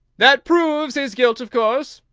that proves his guilt, of course,